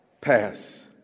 pass